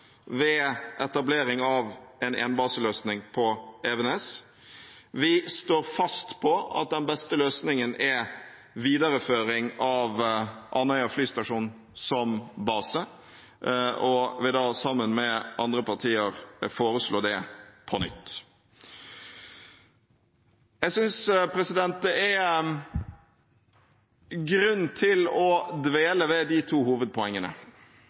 ved etablering av en énbaseløsning på Evenes. Vi står fast på at den beste løsningen er videreføring av Andøya flystasjon som base, og vil, sammen med andre partier, foreslå det på nytt. Jeg synes det er grunn til å dvele ved de to hovedpoengene: